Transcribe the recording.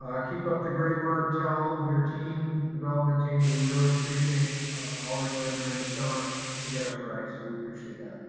keep up the great work. tell your team, the development team, we really appreciate all they're doing during the summer to get us ready, so we appreciate that.